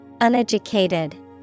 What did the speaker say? Uneducated